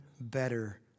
better